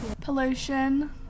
Pollution